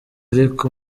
ariko